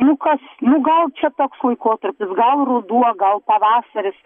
nu kas nu gal čia toks laikotarpis gal ruduo gal pavasaris